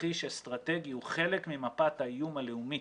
תרחיש אסטרטגי, הוא חלק ממפת האיום הלאומית.